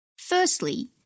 Firstly